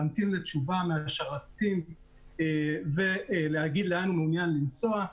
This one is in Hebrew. להמתין לתשובה מהשרתים ולהגיד לאן הוא מעוניין לנסוע.